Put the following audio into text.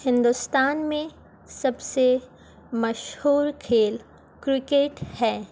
ہندوستان میں سب سے مشہور کھیل کرکٹ ہے